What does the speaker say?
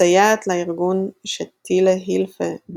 מסייעת לארגון שטילה הילפה,